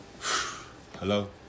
Hello